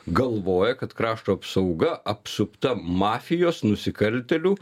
galvoja kad krašto apsauga apsupta mafijos nusikaltėlių